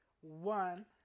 One